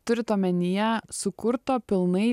turit omenyje sukurto pilnai